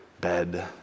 bed